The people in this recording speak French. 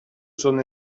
son